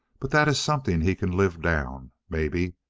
but that it's something he can live down, maybe.